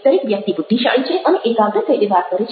દરેક વ્યક્તિ બુદ્ધિશાળી છે અને એકાગ્ર થઈને વાત કરે છે